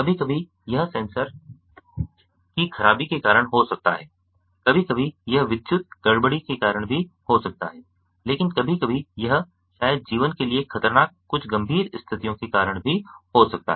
कभी कभी यह सेंसर की खराबी के कारण हो सकता है कभी कभी यह विद्युत गड़बड़ी के कारण भी हो सकता है लेकिन कभी कभी यह शायद जीवन के लिए खतरनाक कुछ गंभीर स्थितियों के कारण भी हो सकता है